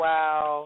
Wow